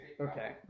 Okay